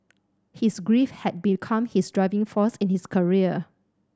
his grief had become his driving force in his career